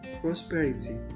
prosperity